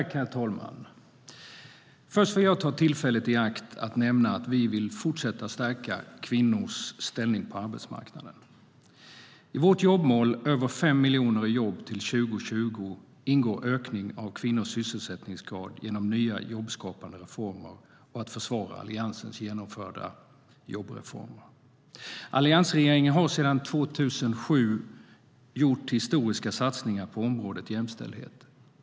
Herr talman! Först vill jag ta tillfället i akt och nämna att vi vill fortsätta att stärka kvinnors ställning på arbetsmarknaden. I vårt jobbmål - över 5 miljoner i jobb till 2020 - ingår att öka kvinnors sysselsättningsgrad genom nya jobbskapande reformer och att försvara Alliansens genomförda jobbreformer. Alliansregeringen har sedan 2007 gjort historiska satsningar på området jämställdhet.